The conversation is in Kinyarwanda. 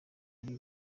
ari